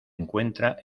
encuentra